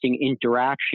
interaction